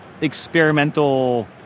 experimental